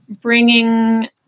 bringing